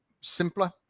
simpler